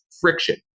friction